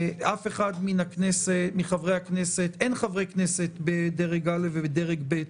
אין חברי כנסת בדרג א' ובדרג ב'.